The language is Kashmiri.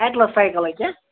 ایٚٹلَس سایکَلٕکی